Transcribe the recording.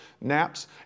naps